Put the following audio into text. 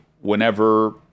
whenever